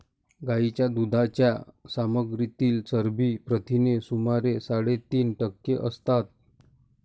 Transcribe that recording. गायीच्या दुधाच्या सामग्रीतील चरबी प्रथिने सुमारे साडेतीन टक्के असतात